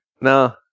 no